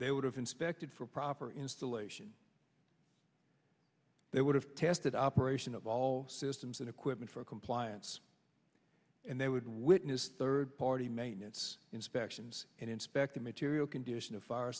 they would have inspected for proper installation they would have tested operation of all systems and equipment for compliance and they would witness third party maintenance inspections and inspect the material condition of fire